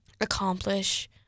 accomplish